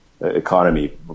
economy